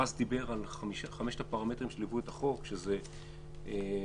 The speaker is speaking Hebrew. רז דיבר על חמשת הפרמטרים שליוו את החוק: האיזונים,